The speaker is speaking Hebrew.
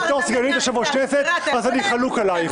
בתור סגנית יושב-ראש כנסת אני חלוק עלייך.